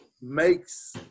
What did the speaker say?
makes